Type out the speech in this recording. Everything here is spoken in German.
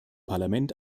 parlament